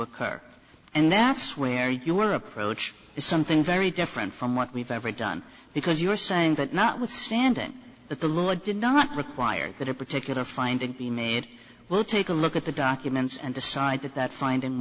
occur and that's where your approach is something very different from what we've ever done because you're saying that notwithstanding that the lord did not require that a particular finding be made we'll take a look at the documents and decide that that find